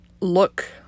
look